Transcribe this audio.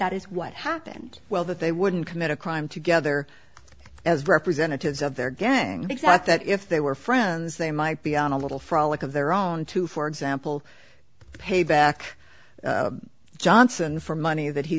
that is what happened well that they wouldn't commit a crime together as representatives of their gang exact that if they were friends they might be on a little frolic of their own to for example pay back johnson for money that he